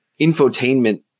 infotainment